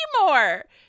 more